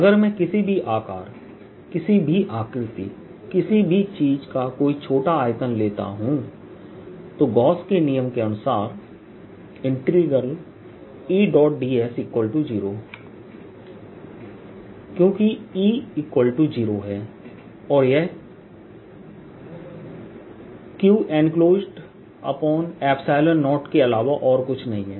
अगर मैं किसी भी आकार किसी भी आकृति किसी भी चीज का कोई छोटा आयतन लेता हूं तो गॉस के नियम के अनुसार Eds0 क्योंकि E0 है और यह qenclosed0 के अलावा और कुछ नहीं है